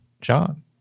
John